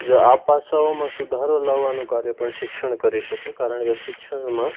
જો આ પાસાઓમાં સુધારો લાવાનું કાર્ય પ્રશિક્ષણ કરી શકે કારણ કે શિક્ષણમાં